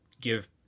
give